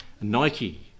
Nike